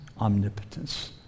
omnipotence